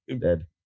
dead